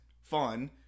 fun